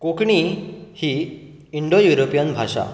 कोंकणी ही Indo European भाशा